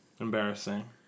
embarrassing